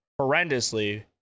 horrendously